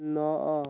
ନଅ